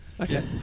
okay